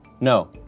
No